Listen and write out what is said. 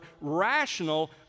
rational